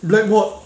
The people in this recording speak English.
blackboard